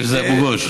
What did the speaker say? בגלל שזה אבו גוש?